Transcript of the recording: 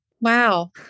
Wow